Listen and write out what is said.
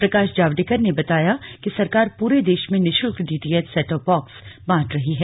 प्रकाश जावडेकर ने बताया कि सरकार पूरे देश में निशुल्क डीटीएच सेटटॉप बॉक्स बांट रही है